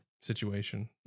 situation